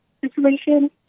situation